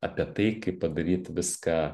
apie tai kaip padaryt viską